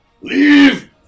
Leave